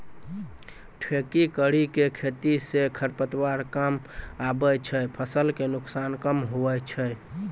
ठेकी करी के खेती से खरपतवार कमआबे छै फसल के नुकसान कम हुवै छै